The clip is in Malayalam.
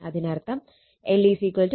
അതിനർത്ഥം L 12 C ZC2 എന്നായിരിക്കും